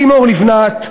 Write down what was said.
לימור לבנת,